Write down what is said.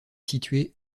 située